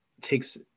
Takes